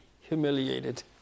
humiliated